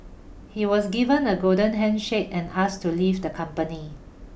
he was given a golden handshake and asked to leave the company